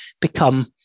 become